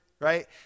right